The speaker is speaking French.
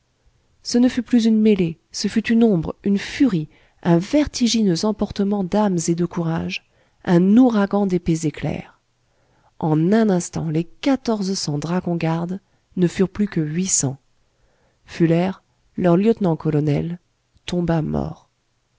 ce ne fut plus une mêlée ce fut une ombre une furie un vertigineux emportement d'âmes et de courages un ouragan d'épées éclairs en un instant les quatorze cents dragons gardes ne furent plus que huit cents fuller leur lieutenant-colonel tomba mort